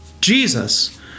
Jesus